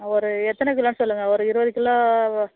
ஒரு எத்தனை கிலோன்னு சொல்லுங்கள் ஒரு இருபது கிலோ